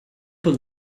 pull